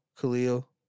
Khalil